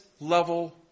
level